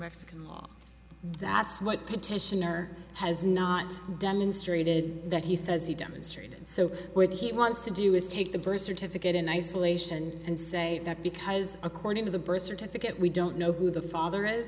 mexican law that's what petitioner has not demonstrated that he says he demonstrated so where he wants to do is take the birth certificate in isolation and say that because according to the birth certificate we don't know who the father